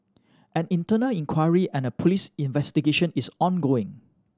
an internal inquiry and a police investigation is ongoing